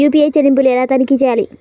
UPI చెల్లింపులు ఎలా తనిఖీ చేయాలి?